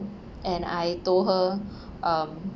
and I told her um